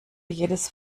jedes